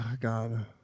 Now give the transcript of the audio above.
god